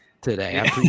today